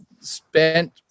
spent